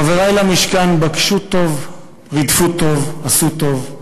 חברי למשכן, בקשו טוב, רדפו טוב, עשו טוב.